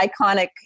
iconic